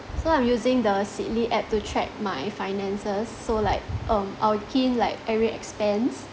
so I'm using the seedly app to track my finances so like um I will key in like every expense